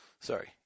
sorry